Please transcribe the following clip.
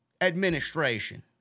administration